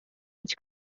which